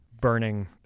burning